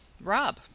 Rob